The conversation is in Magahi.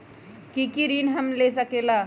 की की ऋण हम ले सकेला?